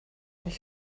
ich